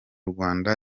rwanda